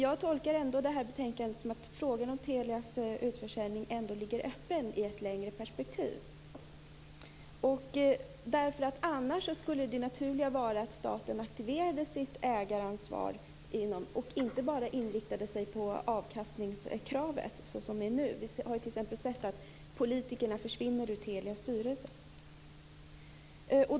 Jag tolkar betänkandet så att frågan om Telias utförsäljning ligger öppen i ett längre perspektiv. Annars skulle det naturliga vara att staten aktiverade sitt ägaransvar och inte bara inriktade sig på avkastningskravet såsom det är nu. Vi har t.ex. sett att politikerna försvinner från Telias styrelse.